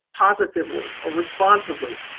positively, or responsively,